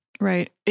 Right